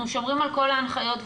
אנחנו שומרים על כל ההנחיות והכול,